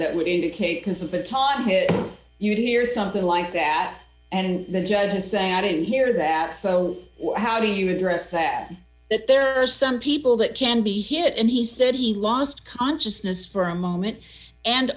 that would indicate because of the time you would hear something like that and the judge to say i didn't hear that so how do you address that that there are some people that can be hit and he said he lost consciousness for a moment and